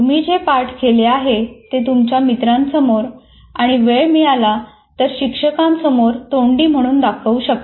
तुम्ही जे पाठ केले आहे ते तुमच्या मित्रांसमोर आणि वेळ मिळाला तर शिक्षकांसमोर तोंडी म्हणून दाखवू शकता